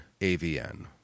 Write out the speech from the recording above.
AVN